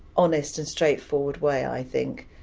honest and straightforward way, i think.